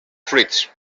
fruits